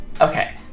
Okay